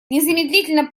незамедлительно